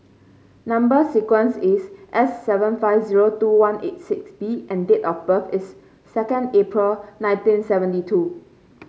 number sequence is S seven five zero two one eight six B and date of birth is second April nineteen seventy two